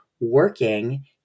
working